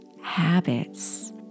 habits